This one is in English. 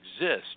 exist